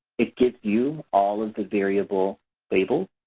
it gives you all of the variable labels